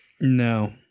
No